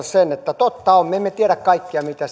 sen että totta on me emme tiedä kaikkea mitä